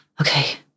okay